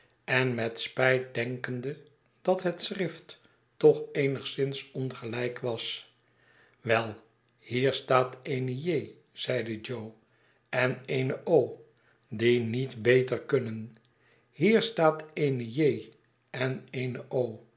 en met spijt denkende dat het schrift toch eenigszins ongelijk was wel bier staat eene j zeide jo en eene die niet beter kunnen hier staat eene j en eene